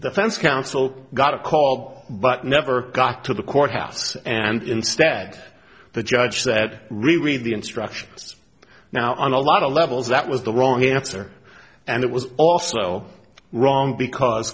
offense counsel got a call but never got to the courthouse and instead the judge said re read the instructions now on a lot of levels that was the wrong answer and it was also wrong because